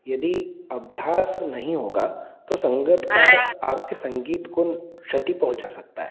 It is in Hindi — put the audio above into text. यदि अभ्यास नहीं होगा तो संगतकार आपके संगीत को क्षति पहुँचा सकता है